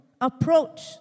approach